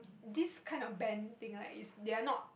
this kind of band thing like is they are not